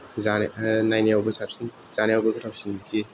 जानो नायनायावबो साबसिन जानायावबो गोथावसिन बिदि